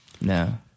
No